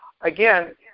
again